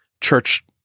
church